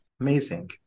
Amazing